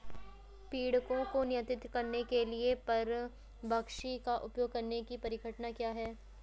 पीड़कों को नियंत्रित करने के लिए परभक्षी का उपयोग करने की परिघटना क्या है?